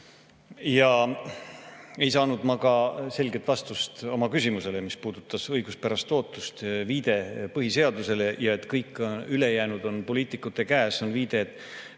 eest. Ei saanud ma ka selget vastust oma küsimusele, mis puudutas õiguspärast ootust. Viide põhiseadusele ja et kõik ülejäänu on poliitikute käes – see on viide, et